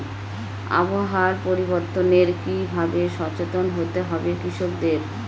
আবহাওয়া পরিবর্তনের কি ভাবে সচেতন হতে হবে কৃষকদের?